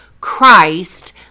Christ